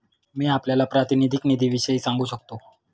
मी आपल्याला प्रातिनिधिक निधीविषयी सांगू शकतो